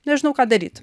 nežinau ką daryt